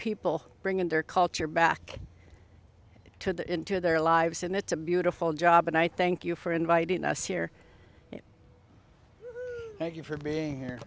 people bringing their culture back to that into their lives and it's a beautiful job and i thank you for inviting us here thank you for being her